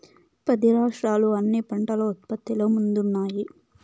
పది రాష్ట్రాలు అన్ని పంటల ఉత్పత్తిలో ముందున్నాయి